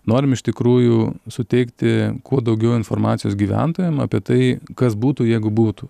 norim iš tikrųjų suteikti kuo daugiau informacijos gyventojam apie tai kas būtų jeigu būtų